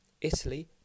Italy